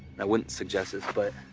i wouldn't suggest this but